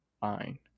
fine